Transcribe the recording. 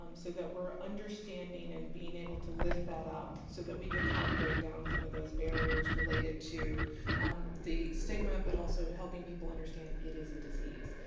um so that we're understanding and being able to lift that up so we can help break down some of those barriers related to the stigma but also helping people understand it is a disease.